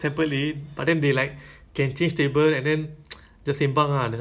uh M_O~ eh it's N_E_A so they are very strict ah